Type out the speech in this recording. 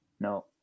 No